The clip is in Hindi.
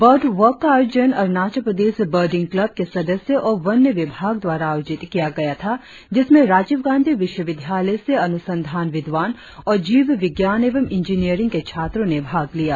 बर्ड वाक का आयोजन अरुणाचल प्रदेश बर्डिंग कल्ब के सदस्यों और वन्य विभाग द्वारा आयोजित किया गया था जिसमें राजीव गांधी विश्वविद्यालय से अनुसंधान विद्वान और जीव विज्ञान एवं इंजीनियरिंग के छात्रों ने भाग लिया